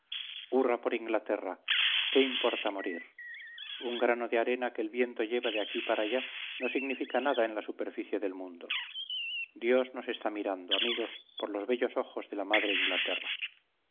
hurra por inglaterra qué importa morir un grano de arena que el viento lleva de aquí para allá no significa nada en la superficie del mundo dios nos está mirando amigos por los bellos ojos de la madre inglaterra